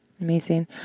Amazing